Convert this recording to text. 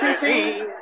see